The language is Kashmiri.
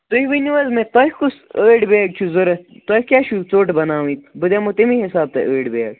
تُہۍ ؤنِو حظ مےٚ تۄہہِ کُس ٲٹی بیگ چھُ ضوٚرَتھ تۄہہِ کیٛاہ چھُو ژوٚٹ بَناوٕنۍ بہٕ دِمو تَمی حسابہٕ تۄہہٕ ٲٹۍ بیگ